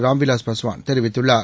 ராம் விலாஸ் பஸ்வான் தெரிவித்துள்ளார்